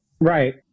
Right